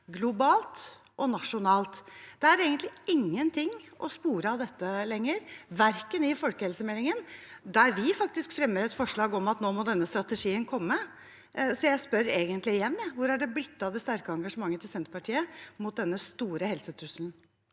globalt og nasjonalt. Det er egentlig ingenting å spore av dette lenger, heller ikke i folkehelsemeldingen. I den forbindelse fremmer faktisk vi et forslag om at denne strategien nå må komme. Så jeg spør egentlig igjen, jeg: Hvor er det blitt av det sterke engasjementet til Senterpartiet mot denne store helsetrusselen?